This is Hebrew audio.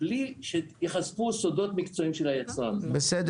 "בלי שייחשפו סודות מקצועיים של היצרן" בסדר.